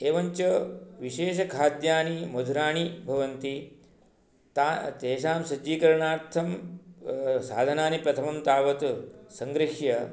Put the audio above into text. एवञ्च विशेषखाद्यानि मधुराणि भवन्ति तेषां सज्जीकरणार्थं साधनानि प्रथमं तावत् सङ्गृह्य